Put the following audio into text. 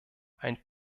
ein